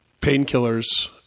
painkillers